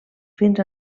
fins